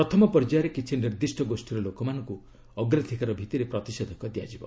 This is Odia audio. ପଥମ ପର୍ଯ୍ୟାୟରେ କିଛି ନିର୍ଦ୍ଧିଷ୍ଟ ଗୋଷ୍ଠୀର ଲୋକମାନଙ୍କୁ ଅଗ୍ରାଧିକାର ଭିଭିରେ ପ୍ରତିଷେଧକ ଦିଆଯିବ